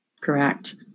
Correct